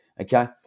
okay